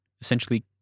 essentially